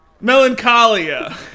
Melancholia